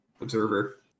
Observer